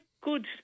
good